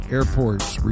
Airports